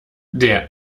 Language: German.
der